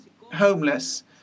homeless